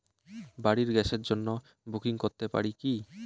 বাড়ির গ্যাসের জন্য বুকিং করতে পারি কি?